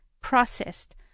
processed